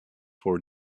for